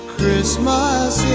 Christmas